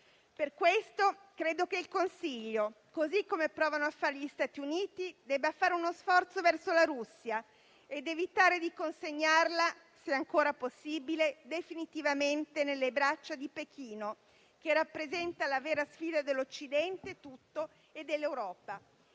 Per questo credo che il Consiglio, così come provano a fare gli Stati Uniti, debba fare uno sforzo verso la Russia ed evitare di consegnarla, se ancora possibile, definitivamente nelle braccia di Pechino, che rappresenta la vera sfida dell'Occidente tutto e dell'Europa.